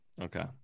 Okay